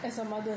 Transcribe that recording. as a mother